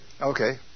Okay